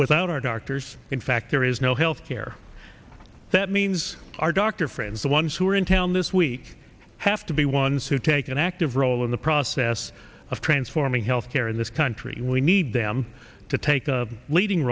without our doctors in fact there is no health care that means our doctor friends the ones who are in town this week have to be ones who take an active role in the process of transforming health care in this country we need them to take a leading